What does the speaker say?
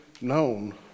known